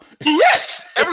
Yes